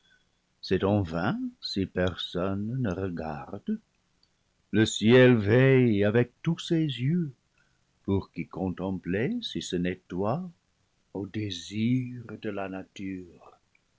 c'est en vain si personne ne regarde le ciel veille avec tous ses yeux pour qui contempler si ce n'est toi ô désir de la nature